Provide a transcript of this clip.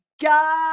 God